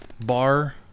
bar